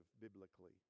biblically